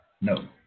no